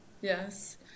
Yes